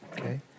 Okay